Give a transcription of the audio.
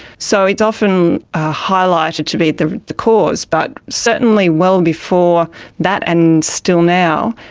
so it's often highlighted to be the the cause. but certainly well before that and still now,